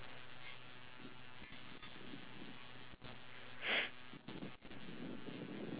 can we walk around the mall later on to see if there's the makeup remover so that I can just get it done